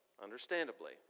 Understandably